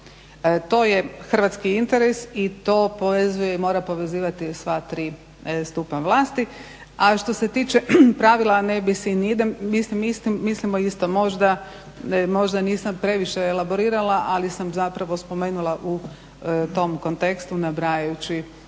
To je hrvatski interes i to povezuje i mora povezivati sva tri stupnja vlasti. A što se tiče pravila non bis in idem, mislimo isto. Možda nisam, možda nisam previše elaborirala ali sam zapravo spomenula u tom kontekstu nabrajajući